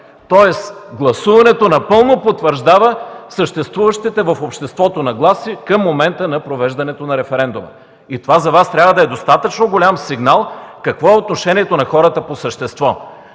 Тоест гласуването напълно потвърждава съществуващите в обществото нагласи към момента на провеждането на референдума. Това за Вас трябва да е достатъчно голям сигнал какво е отношението на хората по същество.